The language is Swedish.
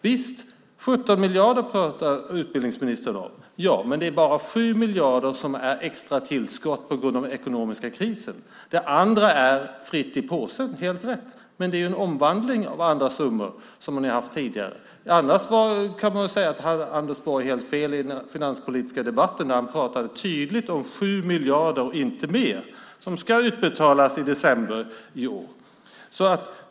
Utbildningsministern pratar om 17 miljarder. Men det är bara 7 miljarder som är ett extra tillskott på grund av den ekonomiska krisen. Det andra är fritt i påsen. Det är helt rätt. Men det är en omvandling av andra summor som ni har haft tidigare. Annars kan man säga att Anders Borg hade helt fel i den finanspolitiska debatten när han tydligt pratade om 7 miljarder och inte mer som ska utbetalas i december i år.